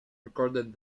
recorded